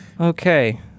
okay